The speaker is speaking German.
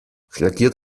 reagiert